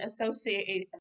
associated